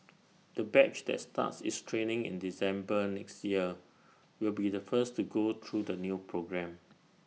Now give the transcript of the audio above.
the batch that starts its training in December next year will be the first to go through the new programme